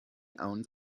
owns